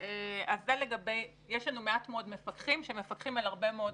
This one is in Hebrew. יש לנו מעט מאוד מפקחים שמפקחים על הרבה מאוד,